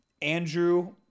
Andrew